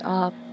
up